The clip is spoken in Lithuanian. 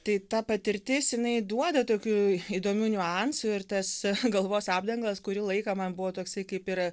tai ta patirtis jinai duoda tokių įdomių niuansų ir tas galvos apdangalas kurį laiką man buvo toksai kaip ir